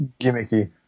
Gimmicky